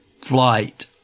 flight